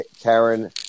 Karen